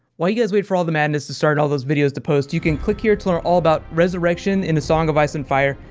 while you guys wait for all the madness to start, all those videos to post, you can click here to learn all about resurrection in a song of ice and fire,